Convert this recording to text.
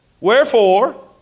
Wherefore